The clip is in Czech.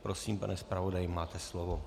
Prosím, pane zpravodaji, máte slovo.